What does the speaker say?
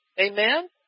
Amen